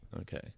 Okay